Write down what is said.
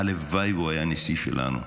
הלוואי שהוא היה נשיא שלנו.